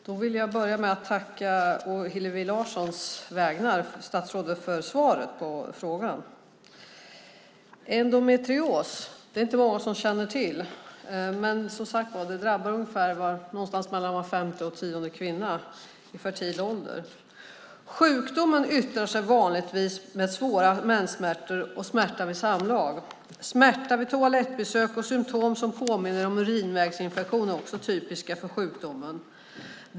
Fru talman! Jag vill börja med att å Hillevi Larssons vägnar tacka statsrådet för svaret på frågan. Det är inte många som känner till endometrios. Det drabbar mellan fem och tio kvinnor av hundra i fertil ålder. Sjukdomen yttrar sig vanligtvis med svåra menssmärtor och smärta vid samlag, smärta vid toalettbesök och symtom som påminner om urinvägsinfektion är också typiska för sjukdomen.